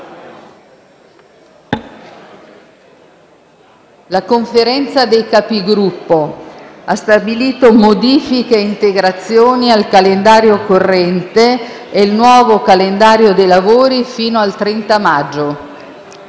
La Conferenza dei Capigruppo ha stabilito modifiche e integrazioni al calendario corrente e il nuovo calendario dei lavori fino al 30 maggio.